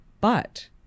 but-